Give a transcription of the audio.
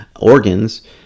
organs